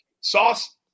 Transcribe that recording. Sauce